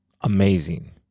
amazing